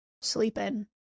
sleeping